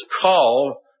call